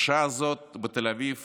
בשעה הזאת בתל אביב